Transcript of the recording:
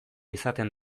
izaten